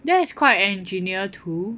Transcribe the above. that is quite engineer too